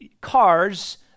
car's